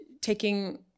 taking